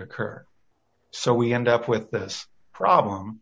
occur so we end up with this problem